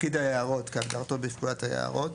"פקיד היערות" - כהגדרתו בפקודת היערות,